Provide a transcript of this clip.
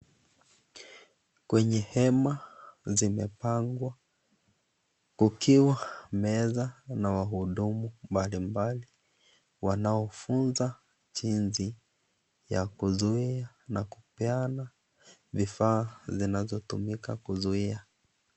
Kwenye hema zimepangwa kukiwa meza na wahudumu mabli nbali wanaofunza jinsi ya kuzuia na kupeana vifaa zinazotumika kuzuia.